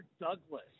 Douglas